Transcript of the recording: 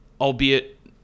albeit